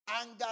anger